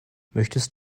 möchtest